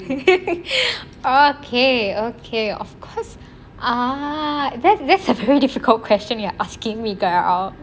ok ok of course um that's a very difficult question you are asking me about